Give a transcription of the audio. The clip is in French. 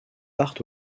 part